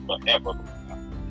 forever